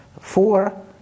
four